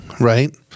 Right